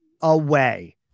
away